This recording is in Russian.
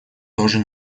тоже